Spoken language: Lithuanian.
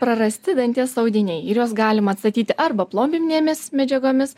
prarasti danties audiniai ir juos galima atstatyti arba plombinėmis medžiagomis